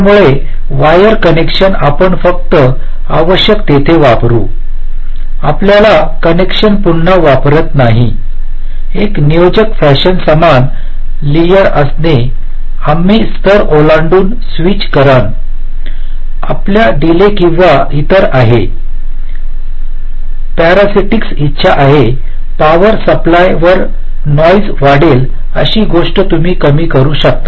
त्यामुळे wire connection आपण फक्त आवश्यक आहे तेथे वापरू आपल्याला कनेक्शन पुन्हा वापरत नाहीत एक नियोजक फॅशन समान लेअर असणे आम्ही स्तर ओलांडून स्विच कारण आपल्या डिले किंवा इतर आहे पार्टिकस इच्छा आहे पॉवर सप्लाय वर नॉईज वाढेल अशा गोष्टी तुम्ही कमी करू शकता